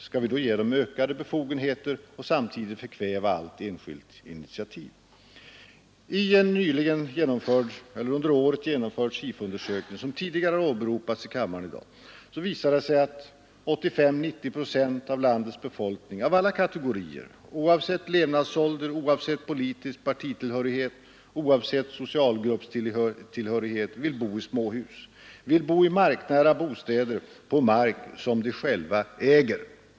Skall vi då ge dem ökade befogenheter och samtidigt förkväva allt enskilt initiativ? En nyligen genomförd SIFO-undersökning, som tidigare åberopats i debatten, har visat, att 85 å 90 procent av landets befolkning av alla kategorier — oavsett levnadsålder, oavsett politisk partitillhörighet och oavsett socialgruppstillhörighet — vill bo i småhus, i marknära bostäder på mark, som de själva äger.